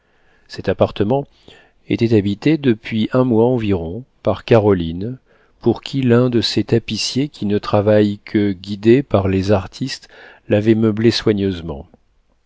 cet appartement était habité depuis un mois environ par caroline pour qui l'un de ces tapissiers qui ne travaillent que guidés par les artistes l'avait meublé soigneusement